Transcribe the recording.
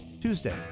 Tuesday